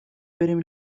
بریم